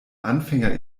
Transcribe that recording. anfänger